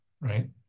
right